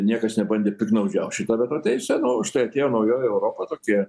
niekas nebandė piktnaudžiaut šita veto teise nu užtai atėjo naujoji europa tokie